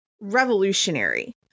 revolutionary